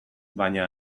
baina